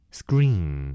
screen